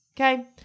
Okay